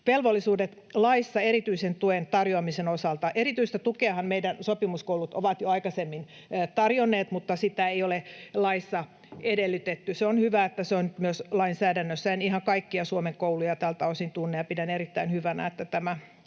velvollisuudet laissa erityisen tuen tarjoamisen osalta. Erityistä tukeahan meidän sopimuskoulut ovat jo aikaisemmin tarjonneet, mutta sitä ei ole laissa edellytetty. On hyvä, että se on myös lainsäädännössä. En ihan kaikkia Suomen kouluja tältä osin tunne, ja pidän erittäin hyvänä, että myöskin